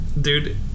dude